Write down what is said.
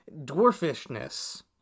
dwarfishness